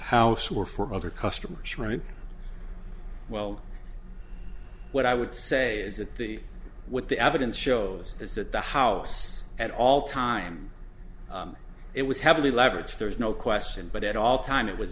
house or for other customers right well what i would say is that the what the evidence shows is that the house at all time it was heavily leveraged there's no question but at all time it was